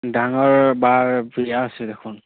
ডাঙৰ বাৰ বিয়া আছে দেখোন